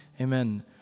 Amen